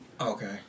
Okay